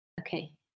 okay